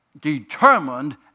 determined